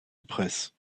ypres